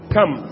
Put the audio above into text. Come